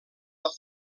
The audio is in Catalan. del